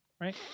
Right